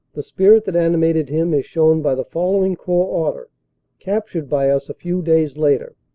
the spirit that animated him is shown by the following corps order captured by us a few days later